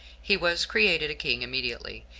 he was created a king immediately,